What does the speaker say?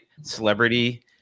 celebrity